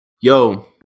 Yo